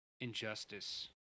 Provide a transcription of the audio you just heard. Injustice